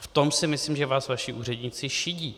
V tom si myslím, že vás vaši úředníci šidí.